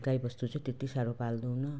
गाईबस्तु चाहिँ त्यत्ति साह्रो पाल्दैनौँ